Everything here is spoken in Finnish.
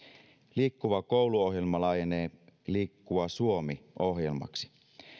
liikkuva koulu ohjelma laajenee liikkuva suomi ohjelmaksi